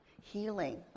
Healing